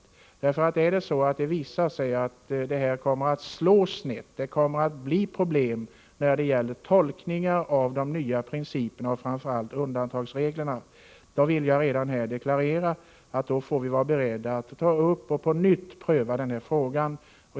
Jag vill redan här deklarera att om det visar sig att beslutet slår snett och att det blir problem med tolkningarna av de nya principerna, och då framför allt undantagsreglerna, får vi vara beredda att på nytt pröva denna fråga.